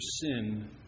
sin